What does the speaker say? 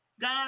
God